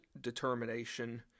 determination